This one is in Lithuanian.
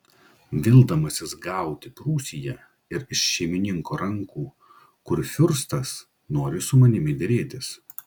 vildamasis gauti prūsiją ir iš šeimininko rankų kurfiurstas nori su manimi derėtis